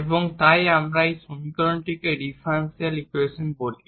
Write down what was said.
এবং তাই আমরা এই সমীকরণটিকে ডিফারেনশিয়াল ইকুয়েশন বলি